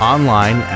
Online